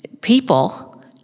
people